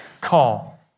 call